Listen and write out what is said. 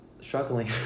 struggling